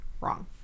wrong